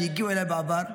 הגיעו אליי בעבר,